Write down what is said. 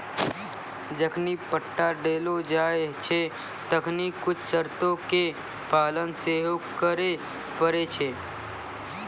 जखनि पट्टा देलो जाय छै तखनि कुछु शर्तो के पालन सेहो करै पड़ै छै